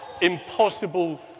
impossible